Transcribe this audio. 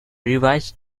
revised